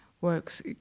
works